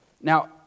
Now